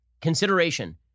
consideration